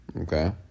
Okay